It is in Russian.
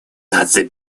наций